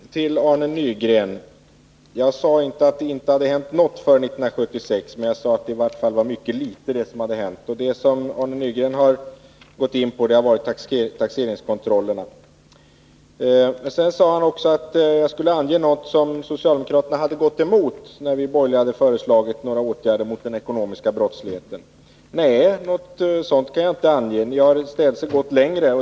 Fru talman! Först till Arne Nygren: Jag sade inte att det inte hade hänt något på det här området förrän 1976, men jag sade att det i vart fall hade hänt ytterst litet. Det som Arne Nygren gått in på har varit taxeringskontrollerna. Sedan ville Arne Nygren att jag skulle ange något borgerligt förslag som 35 socialdemokraterna gått emot när det gällt åtgärder mot den ekonomiska brottsligheten. Nej, något sådant kan jag inte ange. Ni har i stället velat gå längre.